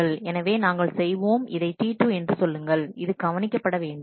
எனவே நாங்கள் செய்வோம் இதை T2 என்று சொல்லுங்கள் இது கவனிக்கப்பட வேண்டும்